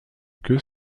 queues